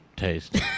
Taste